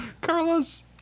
Carlos